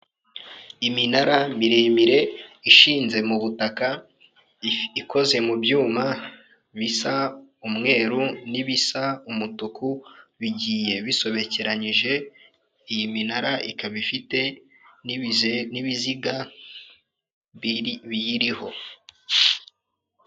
Iminara miremire ishinze mu butaka, ikoze mu byuma bisa umweru n'ibisa umutuku bigiye bisobekeranyije, iyi minara ikaba ifite n'ibiziga biyiriho.